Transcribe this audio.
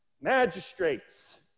magistrates